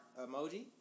emoji